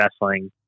wrestling